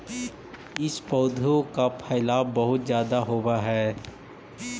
इस पौधे का फैलाव बहुत ज्यादा होवअ हई